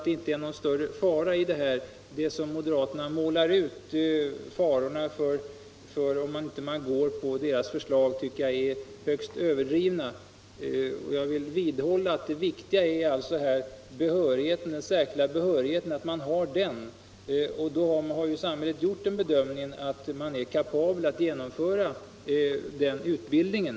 De faror som moderaterna målar upp som ofrånkomliga om vi inte går på deras förslag tycker jag är högst överdrivna. Jag vidhåller att det viktiga är att man har den särskilda behörigheten. Samhället har gjort den bedömningen att man då är kapabel att genomföra utbildningen.